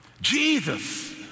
Jesus